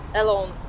alone